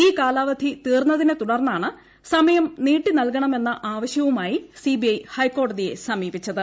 ഈ കാലാവധി തീർന്നതിനെ തുടർന്നാണ് സമയം നീട്ടി നൽകണമെന്ന ആവശ്യമായി സിബിഐ ഹൈക്കോടതിയെ സമീപിച്ചത്